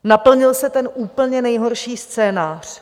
Naplnil se ten úplně nejhorší scénář.